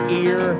ear